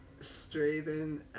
straighten